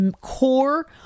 core